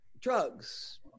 drugs